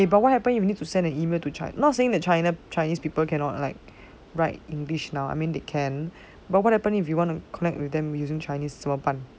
eh but what happened if you need to send an email to china not saying that china chinese people cannot like write in english now I mean they can but what happens if you want to connect with them using chinese 怎么办